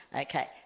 Okay